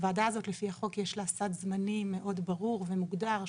לוועדה הזאת לפי החוק יש סד זמנים מאוד ברור ומוגדר,